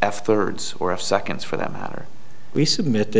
afterwards or of seconds for that matter we submit